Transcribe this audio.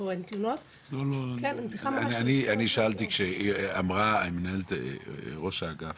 או אין תלונות --- אני שאלתי שאמרה מנהלת ראש האגף,